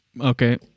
Okay